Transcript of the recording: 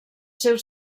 seus